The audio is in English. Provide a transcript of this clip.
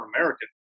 American